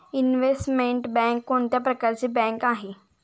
Investment bank कोणत्या प्रकारची bank आहे?